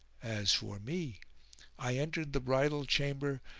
as for me i entered the bridal-chamber,